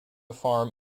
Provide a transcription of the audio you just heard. farm